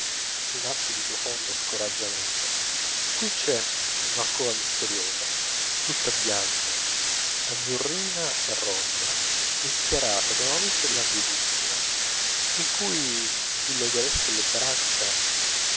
in atto di profondo scoraggiamento qui c'è un'alcova misteriosa tutta bianca azzurrina e rosea rischiarata da una luce languidissima in cui vi sloghereste le braccia